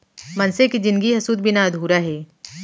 मनसे के जिनगी ह सूत बिना अधूरा हे